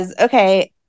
okay